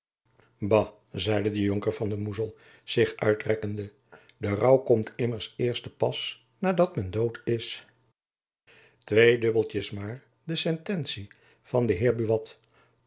zeide de jonker van den moezel zich uitrekkende de rouw komt immers eerst te pas nadat men dood is jacob van lennep elizabeth musch twee dubbeltjens mair de sententie van den heir